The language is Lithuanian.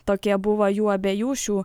tokia buvo jų abiejų šių